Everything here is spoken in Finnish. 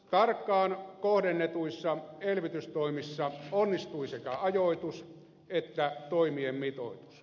tarkkaan kohdennetuissa elvytystoimissa onnistui sekä ajoitus että toimien mitoitus